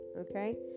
okay